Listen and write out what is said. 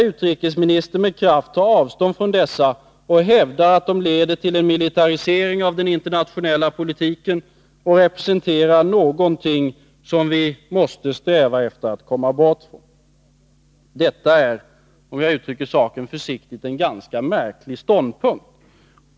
Utrikesministern tar med kraft avstånd från dessa och hävdar att de leder till en militarisering av den internationella politiken och representerar någonting som vi måste sträva efter att komma bort från. Detta är, om jag uttrycker saken försiktigt, en ganska märklig ståndpunkt.